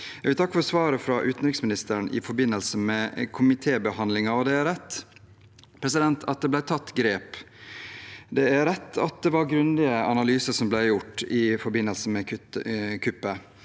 Jeg vil takke for svaret fra utenriksministeren i forbindelse med komitébehandlingen. Det er rett at det ble tatt grep. Det er rett at det ble gjort grundige analyser i forbindelse med kuppet.